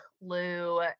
Lou